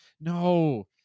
no